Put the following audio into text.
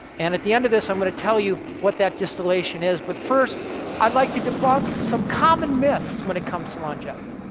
and at the end of this i'm going to tell you what that distillation is. but first i'd like to debunk some common myths when it comes to longevity.